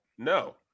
No